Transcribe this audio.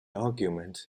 argument